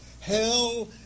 hell